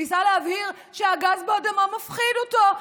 ניסה להבהיר שהגז באדמה מפחיד אותו,